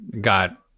got